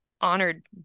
honored